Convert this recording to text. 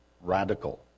Radical